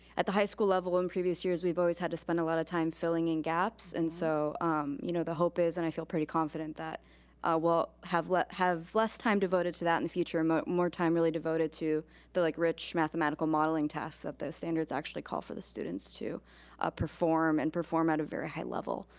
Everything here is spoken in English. at the high school level in previous years, we've always had to spend a lotta time filling in gaps. and so you know the hope is, and i feel pretty confident, that we'll have less have less time devoted to that in the future, and more time really devoted to the like rich mathematical modeling tasks that the standards actually call for the students to perform, and perform at a very high level.